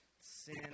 sin